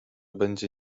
będzie